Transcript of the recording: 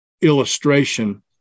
illustration